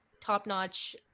top-notch